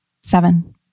Seven